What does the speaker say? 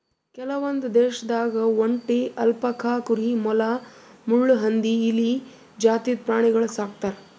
ಕೆಲವೊಂದ್ ದೇಶದಾಗ್ ಒಂಟಿ, ಅಲ್ಪಕಾ ಕುರಿ, ಮೊಲ, ಮುಳ್ಳುಹಂದಿ, ಇಲಿ ಜಾತಿದ್ ಪ್ರಾಣಿಗೊಳ್ ಸಾಕ್ತರ್